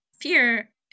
fear